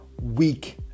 week